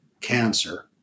cancer